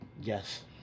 Yes